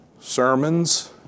sermons